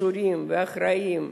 קשורים ואחראים,